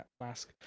mask